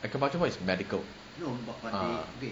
acupuncture point is medical